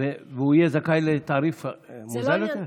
והוא יהיה זכאי לתעריף מוזל יותר?